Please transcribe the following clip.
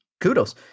kudos